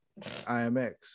imx